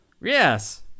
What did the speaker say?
Yes